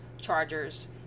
Chargers